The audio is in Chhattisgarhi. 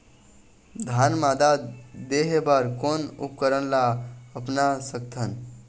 धान मादा देहे बर कोन उपकरण ला अपना सकथन?